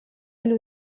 elles